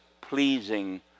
pleasing